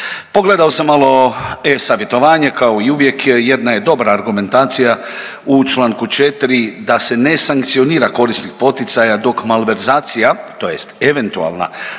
Pogledao sam malo e-savjetovanje kao i uvijek jedna je dobra argumentacija u Članku 4. da se ne sankcionira korisnik poticaja dok malverzacija tj. eventualna